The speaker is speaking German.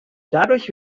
dadurch